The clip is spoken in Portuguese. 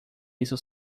isso